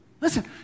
Listen